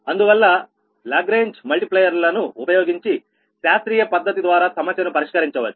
అందువల్ల Lagrange multiplier లను ఉపయోగించి శాస్త్రీయ పద్ధతి ద్వారా సమస్యను పరిష్కరించవచ్చు